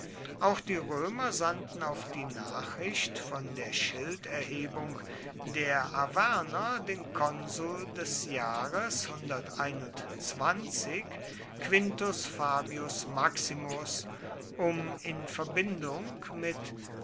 auch die römer sandten auf die nachricht von der schilderhebung der arverner den konsul des jahres quintus fabius maximus um in verbindung mit